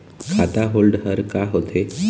खाता holder का होथे?